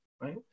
right